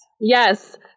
yes